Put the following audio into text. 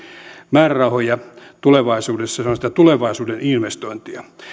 määrärahoja tulevaisuudessa se on sitä tulevaisuuden investointia